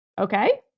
Okay